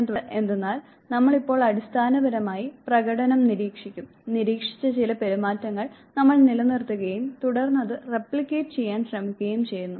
അതിനാൽ സംഭവിക്കുന്നത് എന്തെന്നാൽ നമ്മൾ ഇപ്പോൾ അടിസ്ഥാനപരമായി പ്രകടനം നിരീക്ഷിക്കും നിരീക്ഷിച്ച ചില പെരുമാറ്റങ്ങൾ നമ്മൾ നിലനിർത്തുകയും തുടർന്ന് അത് റെപ്ലിക്കേറ്റ് ചെയ്യാൻ ശ്രമിക്കുകയും ചെയ്യുന്നു